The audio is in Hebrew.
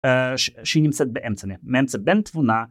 שנמצאת באמצע, באמצע בין תבונה.